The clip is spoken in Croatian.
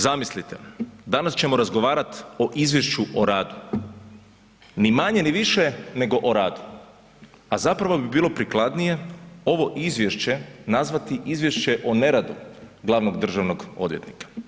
Zamislite, danas ćemo razgovarati o izvješću o radu, ni manje ni više nego o radu, a zapravo bi bilo prikladnije ovo izvješće nazvati izvješće o neradu glavnog državnog odvjetnika.